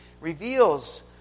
reveals